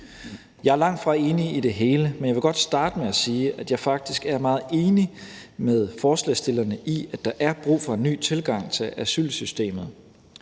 Jeg er langtfra enig i det hele, men jeg vil godt starte med at sige, at jeg faktisk er meget enig med forslagsstillerne i, at der er brug for en ny tilgang til asylsystemet.